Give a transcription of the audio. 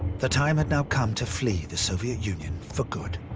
the time had now come to flee the soviet union for good.